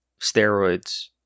steroids